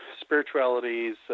spiritualities